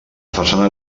façana